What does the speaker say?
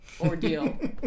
ordeal